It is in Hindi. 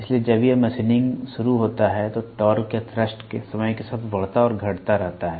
इसलिए जब यह मशीनिंग शुरू करता है तो टॉर्क या थ्रस्ट समय के साथ बढ़ता और घटता रहता है